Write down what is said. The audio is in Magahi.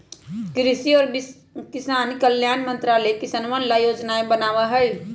कृषि और किसान कल्याण मंत्रालय किसनवन ला योजनाएं बनावा हई